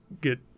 get